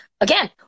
again